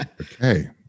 Okay